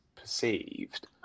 perceived